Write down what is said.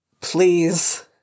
please